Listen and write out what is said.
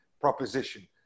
proposition